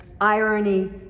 irony